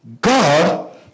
God